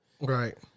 Right